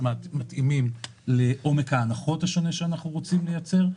מתאימים לעומק ההנחות שאנחנו רוצים לייצר,